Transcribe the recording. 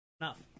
Enough